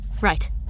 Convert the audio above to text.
Right